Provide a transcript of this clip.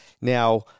Now